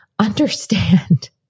understand